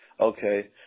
Okay